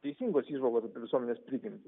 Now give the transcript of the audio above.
teisingos įžvalgos apie visuomenės prigimtį